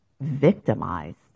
victimized